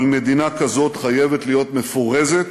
אבל מדינה כזאת חייבת להיות מפורזת